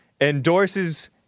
Endorses